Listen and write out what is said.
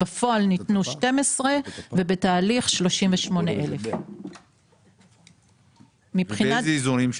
בפועל ניתנו 12 ובתהליך 38,000. באיזה אזורים?